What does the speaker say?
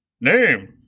Name